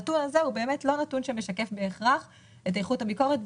הנתון הזה הוא לא נתון שמשקף בהכרח את איכות הביקורת.